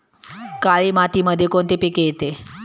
काळी मातीमध्ये कोणते पिके येते?